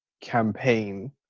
campaign